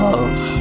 Love